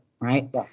right